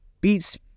beats